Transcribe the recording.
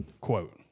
Quote